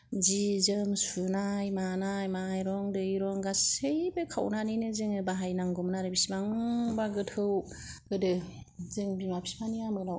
जि जोम सुनाय मानाय माइरं दैरं गासैबो खावनानैनो जोङो बाहायनांगौमोन आरो बिसिबांबा गोथौ गोदो जों बिमा फिफानि आमोलाव